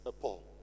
Paul